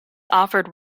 offered